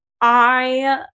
I-